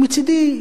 מצדי,